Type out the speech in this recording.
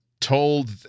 told